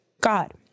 God